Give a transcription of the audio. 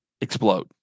explode